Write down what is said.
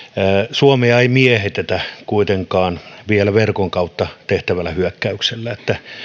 suomea ei miehitetä kuitenkaan vielä verkon kautta tehtävällä hyökkäyksellä että